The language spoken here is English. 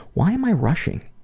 why am i rushing?